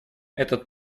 этот